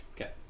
Okay